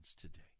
today